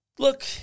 Look